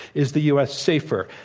is the u. s. safer?